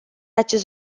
acest